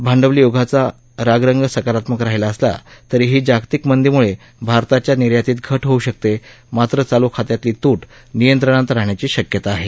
भांडवली ओघाचा रागरंग सकारात्मक राहिला असला तरीही जागतिक मंदीम्ळे भारताच्या निर्यातीत घट होऊ शकते मात्र चालू खात्यातली तूट नियंत्रणात राहण्याची शक्यता आहे